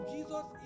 Jesus